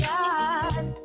God